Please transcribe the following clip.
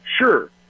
Sure